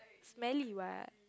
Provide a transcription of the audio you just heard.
smelly what